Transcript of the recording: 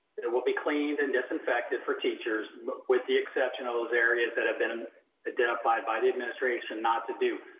it will be cleaned and disinfected for teachers with the exception of those areas that have been identified by the administration not to do.